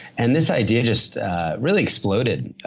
and this idea just really exploded.